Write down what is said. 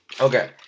Okay